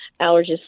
allergist